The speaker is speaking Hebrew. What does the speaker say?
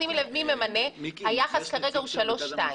שימי לב מי ממנה, היחס כרגע הוא שלוש שתיים,